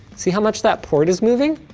see how much that port is moving?